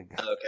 Okay